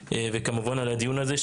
וכמובן על הדיון הזה,